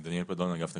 אני מאגף תקציבים.